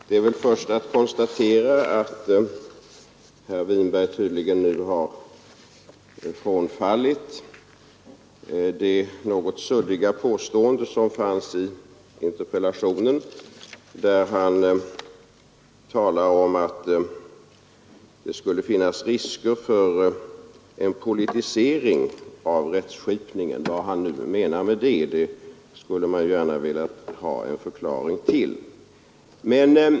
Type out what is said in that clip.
Herr talman! Det är väl först att konstatera att herr Winberg tydligen nu har frångått det något suddiga påstående som fanns i interpellationen, där han talar om att det skulle finnas risker för en politisering av rättskipningen. Vad han nu menar med det? Det skulle man gärna ha velat få en förklaring till.